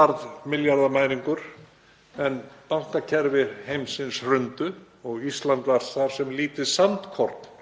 varð milljarðamæringur en bankakerfi heimsins hrundu og Ísland var þar sem lítið sandkorn